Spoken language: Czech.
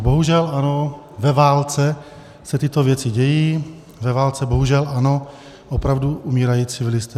Bohužel, ano, ve válce se tyto věci dějí, ve válce bohužel, ano, umírají civilisté.